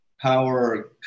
Power